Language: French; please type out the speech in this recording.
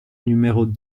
numéros